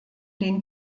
den